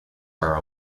are